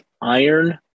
Iron